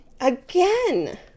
again